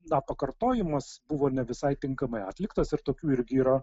na pakartojimas buvo ne visai tinkamai atliktas ir tokių irgi yra